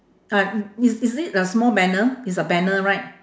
ah i~ i~ is it a small banner it's a banner right